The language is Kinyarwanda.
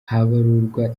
habarurwa